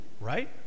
Right